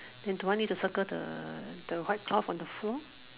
then don't want me to circle the the white cloth on the floor